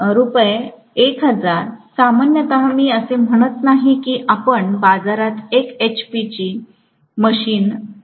1000 सामान्यत मी असे म्हणत नाही की आपण बाजारात 1 एचपी मशीन रु